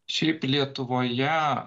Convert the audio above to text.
šiaip lietuvoje